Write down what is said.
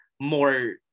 more